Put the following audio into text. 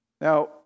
Now